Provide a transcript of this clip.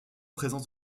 présence